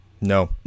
No